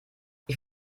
ich